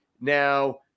Now